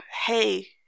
hey